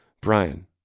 Brian